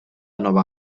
nova